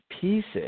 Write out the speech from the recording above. pieces